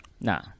Nah